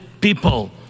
People